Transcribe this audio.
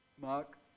Mark